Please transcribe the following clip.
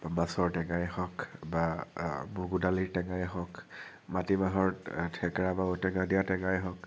মাছৰ টেঙাই হওঁক বা মগু দালিৰ টেঙাই হওঁক মাটি মাহৰ থেকেৰা বা ঔ টেঙা দিয়া টেঙাই হওঁক